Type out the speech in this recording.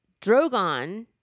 Drogon